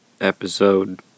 episode